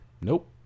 nope